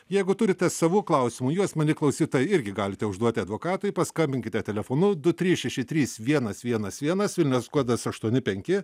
jeigu turite savų klausimų juos mieli klausytojai irgi galite užduoti advokatui paskambinkite telefonu du trys šeši trys vienas vienas vienas vilnius kodas aštuoni penki